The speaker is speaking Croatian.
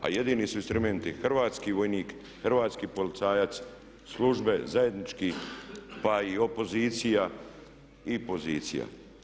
A jedini su instrumenti hrvatski vojnik, hrvatski policajac, službe zajedničkih pa i opozicija i pozicija.